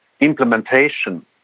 implementation